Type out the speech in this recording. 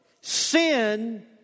Sin